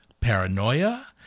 paranoia